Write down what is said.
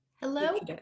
Hello